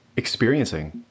experiencing